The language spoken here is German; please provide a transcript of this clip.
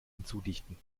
hinzudichten